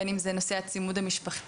בין אם זה נושא הצימוד המשפחתי.